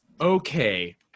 okay